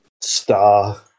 star